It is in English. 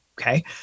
Okay